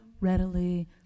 readily